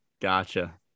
gotcha